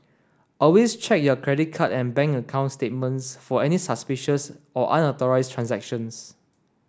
always check your credit card and bank account statements for any suspicious or unauthorised transactions